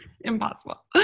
Impossible